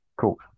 Cool